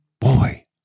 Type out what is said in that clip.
boy